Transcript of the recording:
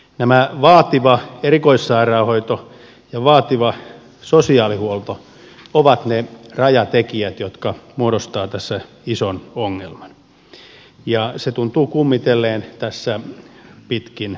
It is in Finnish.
nämä vaativa erikoissairaanhoito ja vaativa sosiaalihuolto ovat ne rajatekijät jotka muodostavat tässä ison ongelman ja se tuntuu kummitelleen tässä pitkin matkaa